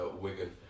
Wigan